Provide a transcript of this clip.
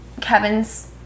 Kevin's